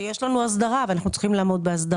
שיש לנו אסדרה שאנחנו צריכים לעמוד בה.